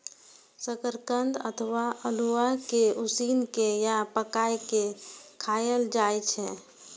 शकरकंद अथवा अल्हुआ कें उसिन के या पकाय के खायल जाए छै